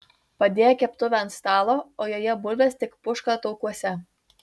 padėjo keptuvę ant stalo o joje bulvės tik puška taukuose